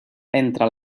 entre